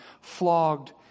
flogged